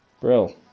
brill